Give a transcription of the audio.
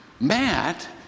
Matt